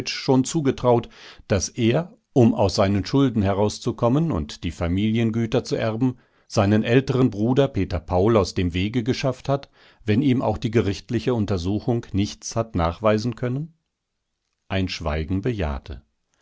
schon zugetraut daß er um aus seinen schulden herauszukommen und die familiengüter zu erben seinen älteren bruder peter paul aus dem wege geschafft hat wenn ihm auch die gerichtliche untersuchung nichts hat nachweisen können ein schweigen bejahte